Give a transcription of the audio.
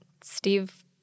Steve